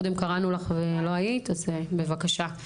בבקשה.